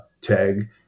tag